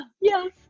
yes